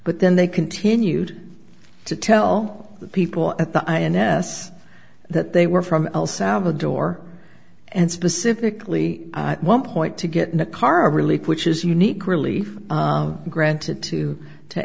but then they continued to tell the people at the ins that they were from el salvador and specifically at one point to get in a car a relief which is unique relief granted to to